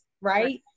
right